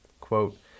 Quote